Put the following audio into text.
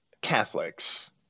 Catholics